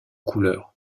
couleur